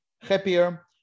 happier